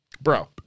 bro